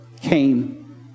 came